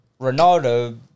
Ronaldo